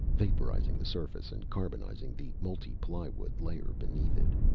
vaporizing the surface and carbonizing the multi-ply wood layer beneath it.